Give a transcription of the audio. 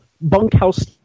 bunkhouse